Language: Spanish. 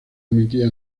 emitía